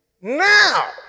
Now